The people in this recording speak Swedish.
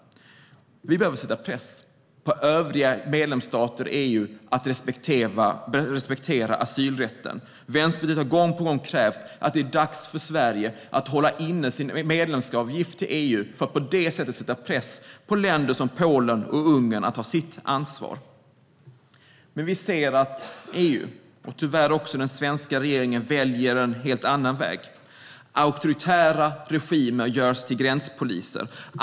Vi behöver sätta press på övriga medlemsstater i EU att respektera asylrätten. Vänsterpartiet har gång på gång krävt att det är dags för Sverige att hålla inne sin medlemsavgift till EU för att på det sättet sätta press på länder som Polen och Ungern att ta sitt ansvar. Men vi ser att EU, och tyvärr också den svenska regeringen, väljer en helt annan väg. Auktoritära regimer görs till gränspoliser.